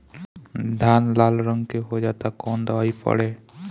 धान लाल रंग के हो जाता कवन दवाई पढ़े?